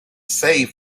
save